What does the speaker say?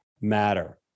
matter